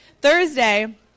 Thursday